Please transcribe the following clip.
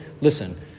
listen